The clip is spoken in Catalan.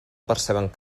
perceben